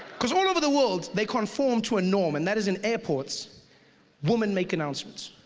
because all over the world they conform to a norm and that is in airports women make announcements.